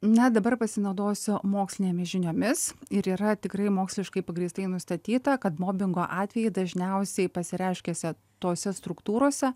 na dabar pasinaudosiu mokslinėmis žiniomis ir yra tikrai moksliškai pagrįstai nustatyta kad mobingo atvejai dažniausiai pasireiškia se tose struktūrose